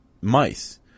mice